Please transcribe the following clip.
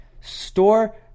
Store